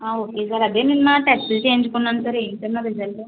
okay sir అదే నిన్నటెస్టులు చేయించుకున్నాను సార్ ఏంటి అని నా రిజల్ట్